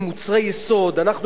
אנחנו מגדירים אותם כאן,